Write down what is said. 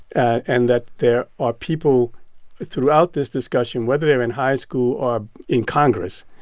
and that there are people throughout this discussion, whether they're in high school or in congress,